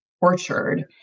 orchard